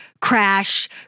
crash